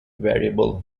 variable